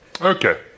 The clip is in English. Okay